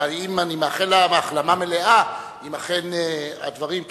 ואני מאחל לה החלמה מלאה אם אכן הדברים הם כך,